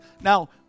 Now